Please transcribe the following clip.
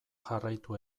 jarraitu